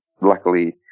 luckily